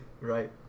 Right